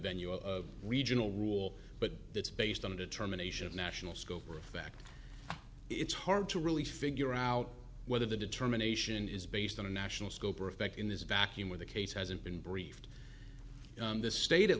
venue of regional rule but that's based on a determination of national scope were fact it's hard to really figure out whether the determination is based on a national scope or effect in this vacuum where the case hasn't been briefed the state at